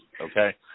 okay